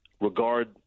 regard